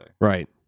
Right